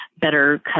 better